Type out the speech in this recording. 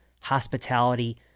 hospitality